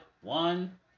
One